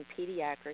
Pediatrics